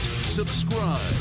subscribe